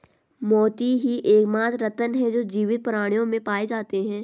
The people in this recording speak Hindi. मोती ही एकमात्र रत्न है जो जीवित प्राणियों में पाए जाते है